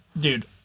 dude